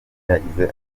yagize